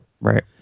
Right